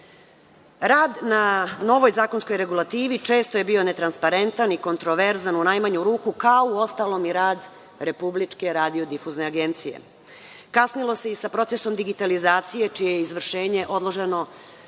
na novoj zakonskoj regulativi često je bio netransparentan i kontroverzan u najmanju ruku, kao uostalom i rad Republičke radiodifuzne agencije. Kasnilo se i sa procesom digitalizacije, čije je izvršenje odloženo